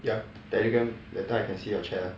ya Telegram that time I can see your chat ah